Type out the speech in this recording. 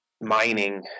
mining